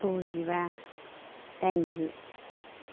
द'जिबा दाइनजि